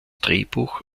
drehbuch